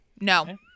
no